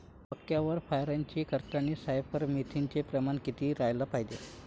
मक्यावर फवारनी करतांनी सायफर मेथ्रीनचं प्रमान किती रायलं पायजे?